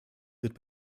wird